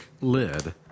lid